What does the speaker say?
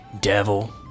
devil